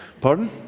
Pardon